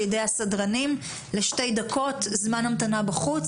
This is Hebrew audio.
ידי הסדרנים לשתי דקות זמן המתנה בחוץ,